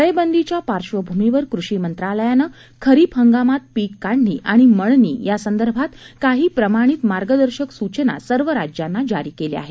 टाळेबंदीच्या पार्श्वभूमीवर कृषी मंत्रालयानं खरीप हंगामात पिक काढणी आणि मळणी या संदर्भात काही प्रमाणित मार्गदर्शक सूचना सर्व राज्यांना जारी केल्या आहेत